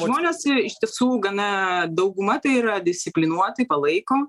žmonės iš tiesų gana dauguma tai yra disciplinuoti palaiko